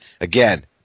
Again